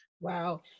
Wow